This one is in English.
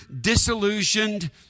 disillusioned